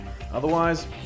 Otherwise